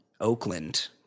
Oakland